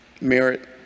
merit